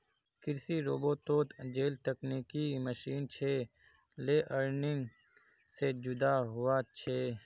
कृषि रोबोतोत जेल तकनिकी मशीन छे लेअर्निंग से जुदा हुआ छे